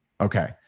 Okay